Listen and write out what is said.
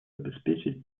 обеспечить